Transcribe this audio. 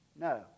No